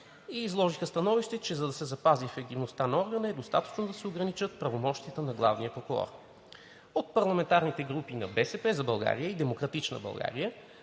и изложиха становище, че за да се запази ефективността на органа е достатъчно да се ограничат правомощията на главния прокурор. От парламентарните групи на „БСП за България“ и „Демократична България“